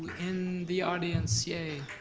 in the audience, yay.